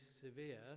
severe